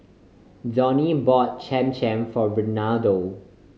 Donny bought Cham Cham for Reynaldo